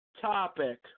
topic